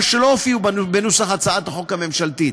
שלא הופיעו בנוסח הצעת החוק הממשלתית,